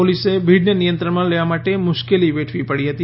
પોલીસને ભીડને નિયંત્રણમાં લેવા માટે મુશ્કેલી વેઠવી પડી હતી